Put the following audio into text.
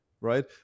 right